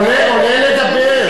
הבל.